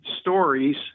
stories